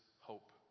hope